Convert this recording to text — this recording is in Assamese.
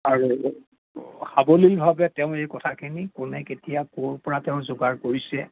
আৰু সাৱলীলভাৱে তেওঁ এই কথাখিনি কোনে কেতিয়া ক'ৰ পৰা তেওঁ যোগাৰ কৰিছে